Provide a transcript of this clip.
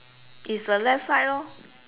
is the left side lor